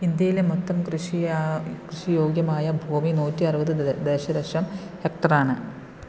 ഇന്ത്യയിലെ മൊത്തം കൃഷിയാ കൃഷിയോഗ്യമായ ഭൂമി നൂറ്റി അറുപത് ദെ ദശലക്ഷം ഹെക്റ്റർ ആണ്